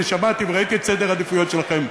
ושמעתי וראיתי את סדר העדיפויות שלכם.